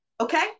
Okay